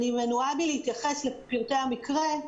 אני מנועה מלהתייחס לפרטי המקרה,